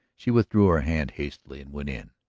she withdrew her hand hastily and went in.